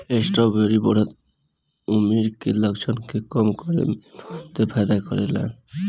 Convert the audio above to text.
strawberry बढ़त उमिर के लक्षण के कम करे में बहुते फायदा करेला